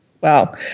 Wow